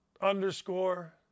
underscore